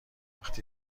وقتی